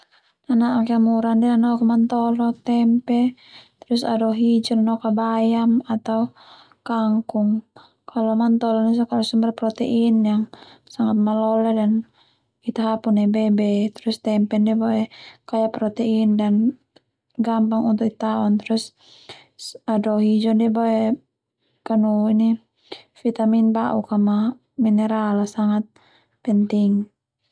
Nana'ak yang murah ndia nok mantolo tempe terus ado hijo noka bayam atau kangkung kalo mantolo ndia sumber protein yang sangat malole dan Ita hapun nai be-be terus tempe ndia boe kaya protein dan gampang untuk Ita taon terus ado hijau ndia boe kanu ini vitamin bauk a ma mineral sangat penting.